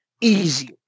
easy